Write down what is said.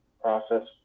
process